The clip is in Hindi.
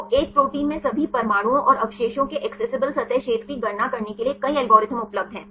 तो एक प्रोटीन में सभी परमाणुओं और अवशेषों के एक्सेसिबल सतह क्षेत्र की गणना करने के लिए कई एल्गोरिदम उपलब्ध हैं